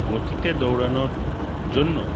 গতিতে দৌড়ানোর জন্য